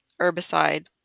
herbicide